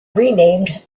renamed